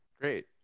Great